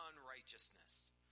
unrighteousness